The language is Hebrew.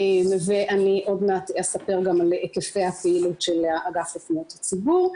אני עוד מעט אספר גם על היקפי הפעילות של האגף לפניות הציבור.